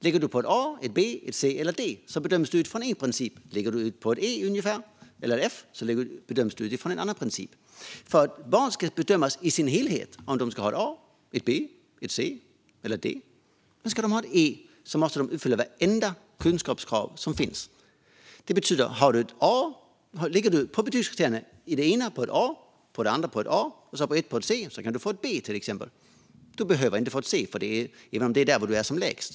Ligger du på ett A, B, C eller D bedöms du utifrån en princip. Ligger du på ungefär ett E eller F bedöms du utifrån en annan princip. Ett barns kunskaper ska bedömas som en helhet om betyget ska bli ett A, B, C eller D - men om det ska bli ett E måste barnet uppfylla vartenda kunskapskrav som finns. Det betyder att om barnet i det ena fallet ligger på betygskriteriet A, i det andra på ett A och i det tredje på ett C kan det få ett B. Barnet behöver inte få ett C, där kunskaperna är som lägst.